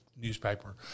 Newspaper